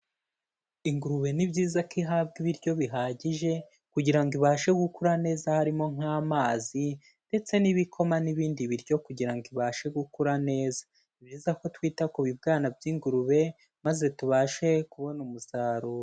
Ingurube ni byiza ko ihabwa ibiryo bihagije, kugira ngo ibashe gukura neza harimo nk'amazi, ndetse n'ibikoma n'ibindi biryo kugira ngo ibashe gukura neza, ni byiza ko twita ku bibwana by'ingurube maze tubashe kubona umusaruro.